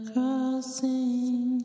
Crossing